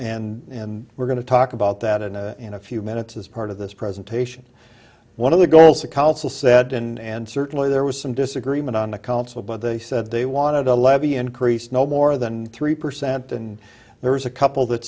and and we're going to talk about that in a in a few minutes as part of this presentation one of the goals a council said and certainly there was some disagreement on the council but they said they wanted a levy increase no more than three percent and there was a couple that